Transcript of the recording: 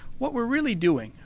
what we are really doing,